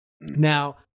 Now